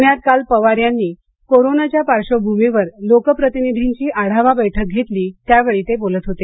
पुण्यात काल पवार यांनी कोरोनाच्या पार्श्वभूमीवर लोकप्रतिनिधींची आढावा बैठक घेतली त्यावेळी ते बोलत होते